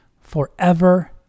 forever